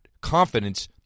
confidence